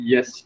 Yes